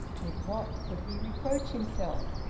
with what could he reproach himself?